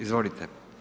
Izvolite.